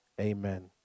amen